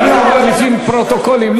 אני עובר לפי פרוטוקולים,